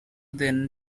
then